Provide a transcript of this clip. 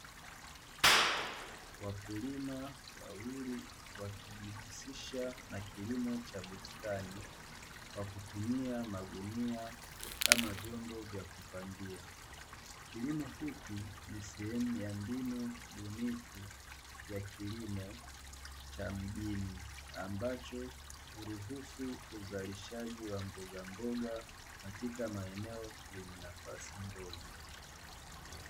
Wakulima wawili wakijihusisha na kilimo cha bustani kwa kutumia magunia kama vyombo vya kupandia, kilimo hiki ni sehemu ya mbinu bunifu ya kilimo cha mjini anbacho huruhusu uzalishaji wa mbogamboga katika maeneo yenye nafasi ndogo.